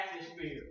atmosphere